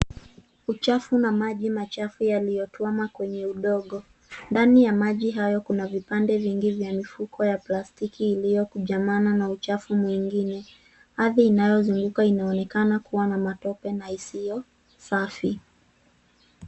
Uchafu na maji machafu yaliyotuama kwenye udongo. Ndani ya maji hayo kuna vipande vingi vya mifuko ya plastiki iliyo kunjamana na uchafu mwingine. Ardhi inayozunguka inaonekana kuwa na matope na isiyo safi.